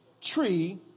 tree